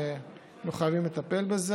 אנחנו חייבים לטפל בזה.